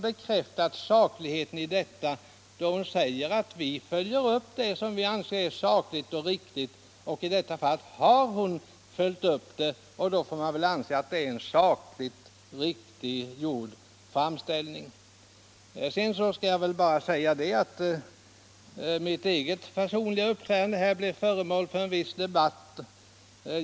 Fru Lantz har också själv bekräftat att motionen är sakligt motiverad genom att säga att vpk följer upp de förslag man anser sakliga och riktiga och fru Lantz har ju här följt upp min motion. Mitt eget personliga uppträdande har blivit föremål för en viss debatt.